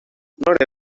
not